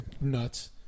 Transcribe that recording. nuts